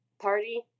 party